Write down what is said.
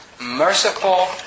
merciful